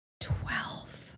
Twelve